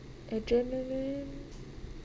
adrenaline